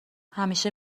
همیشه